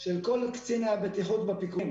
של כל קציני הבטיחות בפיקודים